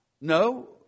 No